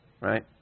right